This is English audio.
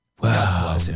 Wow